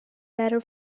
better